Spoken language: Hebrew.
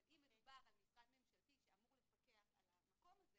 אבל אם מדובר על משרד ממשלתי שאמור לפקח על המקום הזה,